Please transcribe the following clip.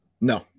No